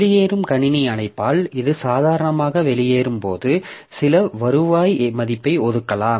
வெளியேறும் கணினி அழைப்பால் இது சாதாரணமாக வெளியேறும் போது சில வருவாய் மதிப்பை ஒதுக்கலாம்